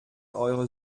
eure